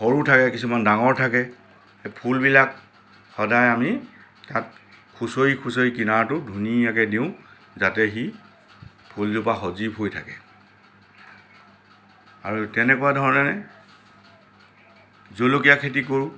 সৰু থাকে কিছুমান ডাঙৰ থাকে সেই ফুলবিলাক সদাই আমি তাক খুচৰি খুচৰি কিনাৰটো ধুনীয়াকৈ দিওঁ যাতে সি ফুলজোপা সজীৱ হৈ থাকে আৰু তেনেকুৱা ধৰণে জলকীয়া খেতি কৰো